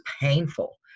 painful